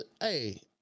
Hey